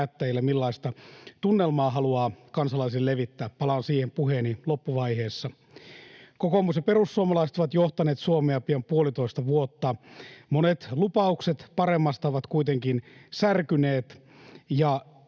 millaista tunnelmaa haluaa kansalaisille levittää — palaan siihen puheeni loppuvaiheessa. Kokoomus ja perussuomalaiset ovat johtaneet Suomea pian puolitoista vuotta. Monet lupaukset paremmasta ovat kuitenkin särkyneet,